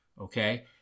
Okay